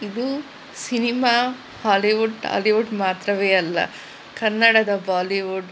ಇದು cinema Hollywood Tollywood ಮಾತ್ರವೇ ಅಲ್ಲ ಕನ್ನಡದ ಬಾಲಿವುಡ್